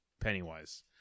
Pennywise